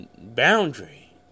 boundary